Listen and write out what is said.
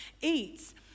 eats